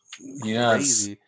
Yes